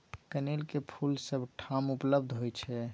कनेलक फूल सभ ठाम उपलब्ध होइत छै